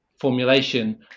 formulation